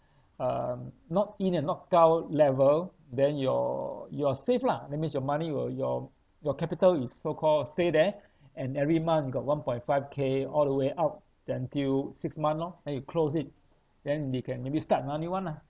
um knock in and knock out level then you're you are safe lah that means your money will your your capital is so called stay there and every month you got one point five kall the way up then till six month lor then you close it then they can maybe start another new [one] lah